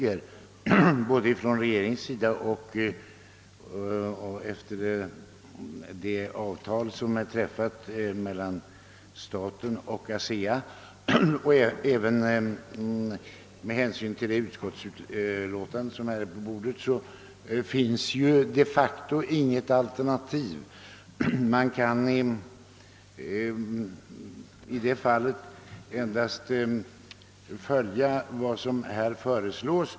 Efter det avtal som har träffats mellan staten och ASEA och med hänsyn till det utskottsutlåtande som nu ligger på riksdagens bord finns det de facto inget alternativ: vi kan endast följa vad som föreslås.